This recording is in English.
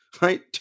right